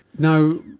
now,